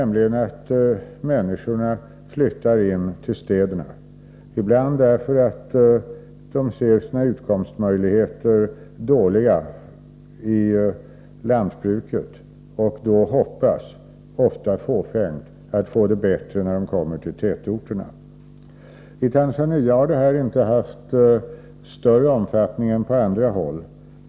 Människorna flyttar in till städerna, ibland därför att de bedömer sina utkomstmöjligheter i lantbruket som dåliga och hoppas — ofta fåfängt — få det bättre när de kommer till tätorterna. I Tanzania har detta problem inte haft större omfattning än på andra håll.